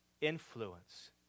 influence